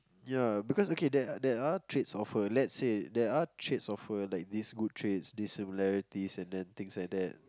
ya because okay there are there are traits of her let's say there are traits of her like these good traits these similarities and then things like that